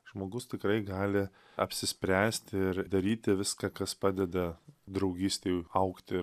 žmogus tikrai gali apsispręsti ir daryti viską kas padeda draugystei augti